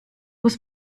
muss